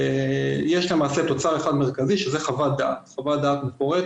ויש למעשה תוצר אחד מרכזי שזה חוות דעת מפורטת